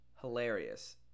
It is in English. hilarious